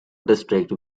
district